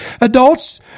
Adults